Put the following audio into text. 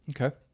Okay